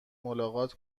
ملاقات